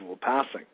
passing